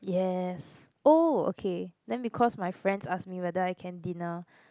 yes oh okay then because my friends ask me whether I can dinner